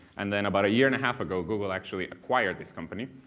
and then about a year and a half ago google actually acquired this company.